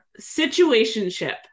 Situationship